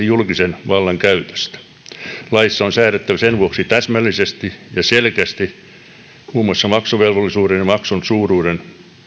julkisen vallan käytöstä laissa on säädetty sen vuoksi täsmällisesti ja selkeästi muun muassa maksuvelvollisuuden ja maksun suuruuden